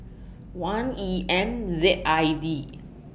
one E M Z I D